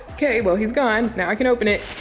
okay, well he's gone now i can open it.